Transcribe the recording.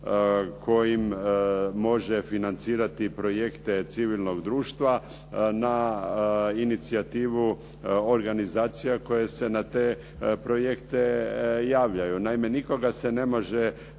kojim može financirati projekte civilnog društva na inicijativu organizacija koje se na te projekte javljaju. Naime, nikoga se ne može